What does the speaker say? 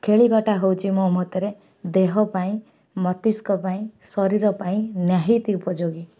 ଖେଳିବାଟା ହେଉଛି ମୋ ମତରେ ଦେହ ପାଇଁ ମସ୍ତିଷ୍କ ପାଇଁ ଶରୀର ପାଇଁ ନିହାତି ଉପଯୋଗୀ